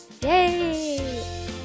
Yay